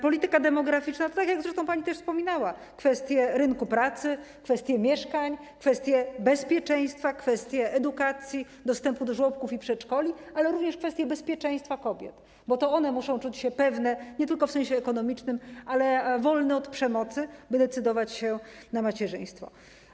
Polityka demograficzna, tak jak zresztą pani też wspominała, to kwestie rynku pracy, kwestie mieszkań, kwestie bezpieczeństwa, kwestie edukacji, dostępu do żłobków i przedszkoli, ale również kwestie bezpieczeństwa kobiet, bo to one muszą czuć się pewnie nie tylko w sensie ekonomicznym, ale też być wolne od przemocy, by decydować się na macierzyństwo.